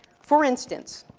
for instance,